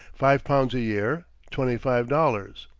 five pounds a year twenty-five dollars.